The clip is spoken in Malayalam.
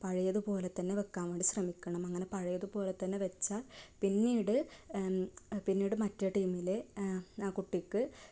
പഴയതുപോലെതന്നെ വെക്കാൻ വേണ്ടി ശ്രമിക്കണം അങ്ങനെ പഴയതുപോലെ തന്നെ വെച്ചാൽ പിന്നീട് പിന്നീട് മറ്റേ ടീമിലെ ആ കുട്ടിക്ക്